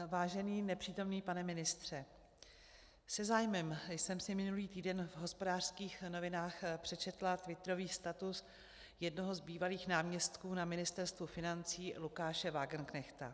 Vážený nepřítomný pane ministře, se zájmem jsem si minulý týden v Hospodářských novinách přečetla twitterový status jednoho z bývalých náměstků na Ministerstvu financí Lukáše Wagenknechta.